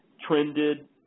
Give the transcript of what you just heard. trended